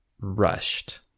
rushed